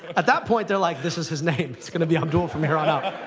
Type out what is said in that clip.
at that point, they're like, this is his name. it's going to be abdul from here on out.